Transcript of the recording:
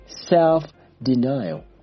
self-denial